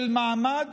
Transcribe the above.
של מעמד